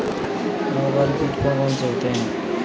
लाभकारी कीट कौन कौन से होते हैं?